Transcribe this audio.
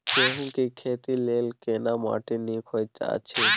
गेहूँ के खेती लेल केना माटी नीक होयत अछि?